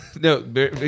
No